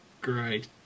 great